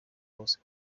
bose